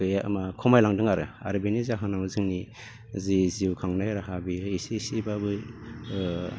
गैया माबा खमाय लांदों आरो आरो बिनि जाहोनाव जोंनि जि जिउ खांनाय राहा बेहाय एसे एसेब्लाबो ओ